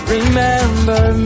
Remember